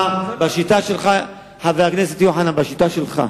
בשיטה שלך, חבר הכנסת יוחנן פלסנר,